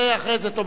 את זה אחרי זה תאמר.